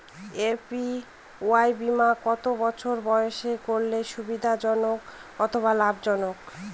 APY বীমা কত বছর বয়সে করলে সুবিধা জনক অথবা লাভজনক?